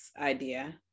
idea